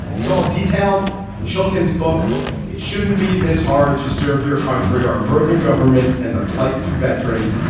it's all detailed in schellekens book it shouldn't be this hard to serve your country, our broken government and the plight of veterans.